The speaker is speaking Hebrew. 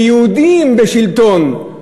שיהודים בשלטון,